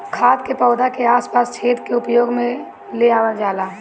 खाद के पौधा के आस पास छेद क के उपयोग में ले आवल जाला